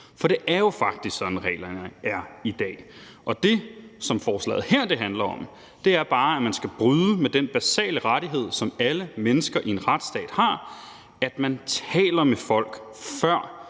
for det er jo faktisk sådan, reglerne er i dag. Og det, som forslaget her handler om, er bare, at man skal bryde med den basale rettighed, som alle mennesker i en retsstat har, nemlig at man taler med folk, før